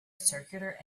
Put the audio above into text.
circular